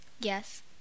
Yes